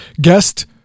guest